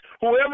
whoever